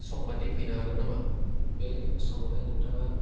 समबादियै फैनो हागोन नामा बे समावहाय नोंथाङा